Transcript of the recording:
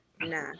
Nah